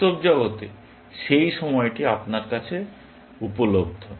বাস্তব জগতে সেই সময়টি আপনার কাছে উপলব্ধ